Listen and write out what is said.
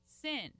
sin